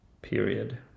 period